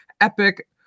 Epic